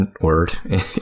word